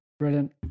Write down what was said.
Brilliant